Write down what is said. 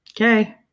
Okay